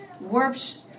warped